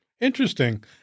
Interesting